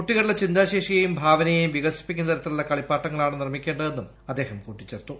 കുട്ടികളുടെ ചിന്താശേഷിയേയും ഭാവനയേയും വികസിപ്പിക്കുന്ന തരത്തിലുള്ള കളിപ്പാട്ടങ്ങളാണ് നിർമ്മിക്കേണ്ടതെന്നും അദ്ദേഹം കൂട്ടിച്ചേർത്തു